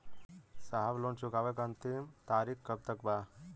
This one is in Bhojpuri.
साहब लोन चुकावे क अंतिम तारीख कब तक बा?